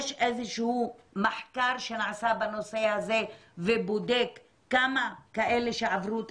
יש מחקר שנעשה בנושא הזה ובודק כמה כאלה שעברו את